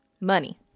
Money